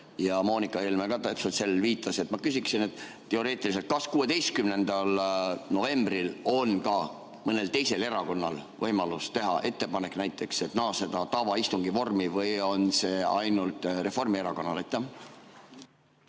ja Moonika Helme ka täpselt sellele viitas. Ma küsin teoreetiliselt, kas 16. novembril on ka mõnel teisel erakonnal võimalus teha ettepanek naasta tavaistungi vormi või on see ainult Reformierakonnal.